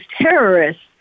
terrorists